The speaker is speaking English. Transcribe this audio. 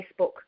Facebook